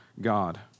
God